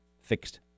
fixed